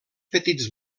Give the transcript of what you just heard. petits